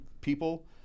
people